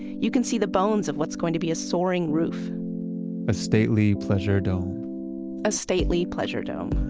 you can see the bones of what is going to be a soaring roof a stately pleasure-dome a stately pleasure-dome